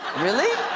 really?